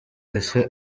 ese